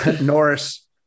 Norris